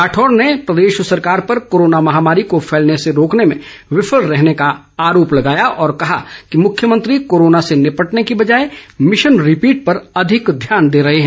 राठौर ने प्रदेश सरकार पर कोरोना महामारी को फैलने से रोकने में विफल रहने का आरोप लगाया और कहा कि मुख्यमंत्री कोरोना से निपटने की बजाय मिशन रिपीट पर अधिक ध्यान दे रहे हैं